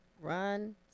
Run